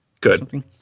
Good